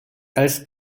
als